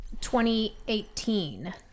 2018